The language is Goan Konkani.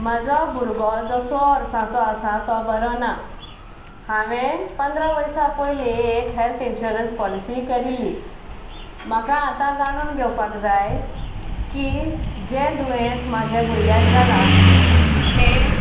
म्हाजो भुरगो जो सो वर्सांचो आसा तो बरो ना हांवें पंदरा वर्सां पयली एक हेल्थ इन्शुरंस पॉलिसी करिल्ली म्हाका आतां जाणून घेवपाक जाय की जें दुयेंस म्हाज्या भुरग्याक जालां तें